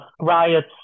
riots